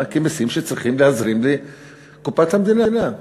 כמסים שצריכים להזרים לקופת המדינה?